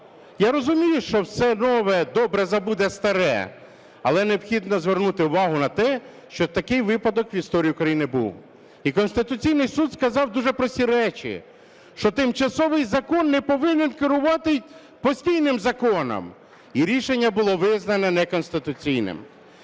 Я розумію, що все нове – добре забуте старе, але необхідно звернути увагу на те, що такий випадок в історії України був. І Конституційний Суд сказав дуже прості речі, що тимчасовий закон не повинен керувати постійним законом, і рішення було визнано неконституційним.